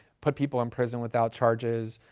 put people in prison without charges,